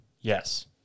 Yes